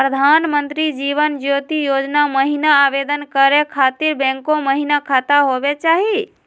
प्रधानमंत्री जीवन ज्योति योजना महिना आवेदन करै खातिर बैंको महिना खाता होवे चाही?